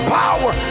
power